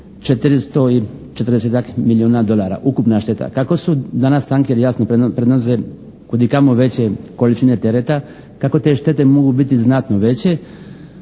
milijuna dolara, ukupna šteta. Kako danas tankeri jasno prenose kud i kamo veće količine tereta, kako te štete mogu biti znatno veće